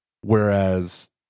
Whereas